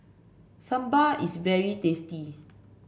sambar is very tasty